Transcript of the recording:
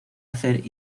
hacer